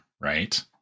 right